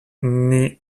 naît